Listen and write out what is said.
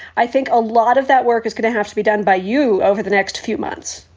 i think a lot of that work is going to have to be done by you over the next few months.